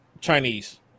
chinese